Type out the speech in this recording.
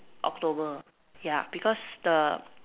October yeah because the